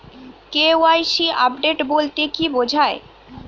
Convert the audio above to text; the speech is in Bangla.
কে.ওয়াই.সি আপডেট বলতে কি বোঝায়?